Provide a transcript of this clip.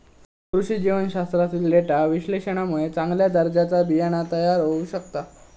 कृषी जीवशास्त्रातील डेटा विश्लेषणामुळे चांगल्या दर्जाचा बियाणा तयार होऊ शकता